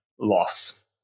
loss